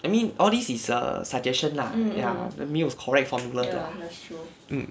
I mean all this is a suggestion lah ya 没有 correct formula 的 lah